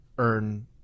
earn